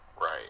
Right